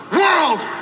world